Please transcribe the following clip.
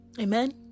Amen